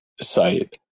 site